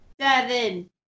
seven